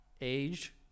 age